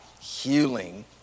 healing